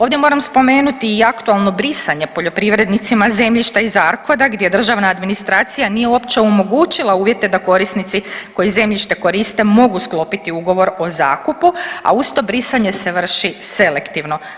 Ovdje moram spomenuti i aktualno brisanje poljoprivrednicima zemljišta iz ARKOD-a gdje državna administracija nije uopće omogućila uvjete da korisnici koji zemljište koriste mogu sklopiti ugovor o zakupu, a uz to brisanje se vrši selektivno.